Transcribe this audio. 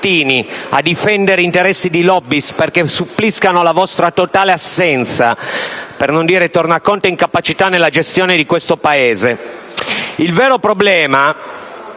Il vero problema